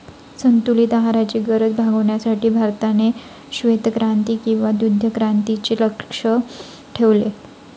संतुलित आहाराची गरज भागविण्यासाठी भारताने श्वेतक्रांती किंवा दुग्धक्रांतीचे लक्ष्य ठेवले